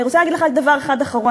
ואני רוצה להגיד רק דבר אחד אחרון,